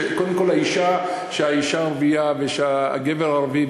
שהאישה הערבייה והגבר הערבי,